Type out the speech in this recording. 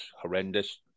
horrendous